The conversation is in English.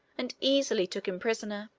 and easily took him prisoner.